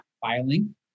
filing